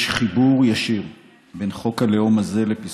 יש חיבור ישיר בין חוק הלאום הזה לבין